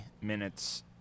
minutes